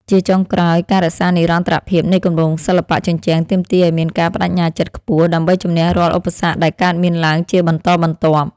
ជាចុងក្រោយ ការរក្សានិរន្តរភាពនៃគម្រោងសិល្បៈជញ្ជាំងទាមទារឱ្យមានការប្ដេជ្ញាចិត្តខ្ពស់ ដើម្បីជម្នះរាល់ឧបសគ្គដែលកើតមានឡើងជាបន្តបន្ទាប់។